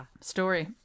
story